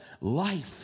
life